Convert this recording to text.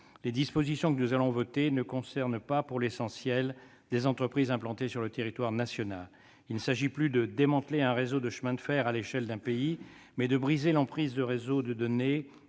les dispositions que nous allons voter ne concernent pas, pour l'essentiel, des entreprises implantées sur le territoire national. Il s'agit non plus de démanteler un réseau de chemins de fer à l'échelle d'un pays, mais de briser l'emprise de réseaux de données